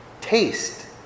taste